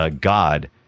god